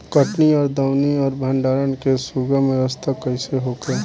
कटनी और दौनी और भंडारण के सुगम व्यवस्था कईसे होखे?